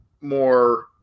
more